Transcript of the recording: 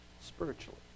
spiritually